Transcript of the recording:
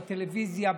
בטלוויזיה,